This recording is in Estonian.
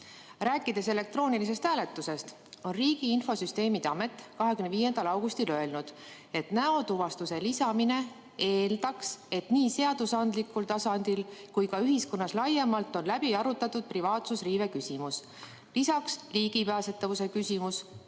Rääkides elektroonilisest hääletusest, Riigi Infosüsteemide Amet 25. augustil ütles, et näotuvastuse lisamine eeldaks, et nii seadusandlikul tasandil kui ka ühiskonnas laiemalt on läbi arutatud privaatsusriive küsimus, lisaks ligipääsetavuse küsimus,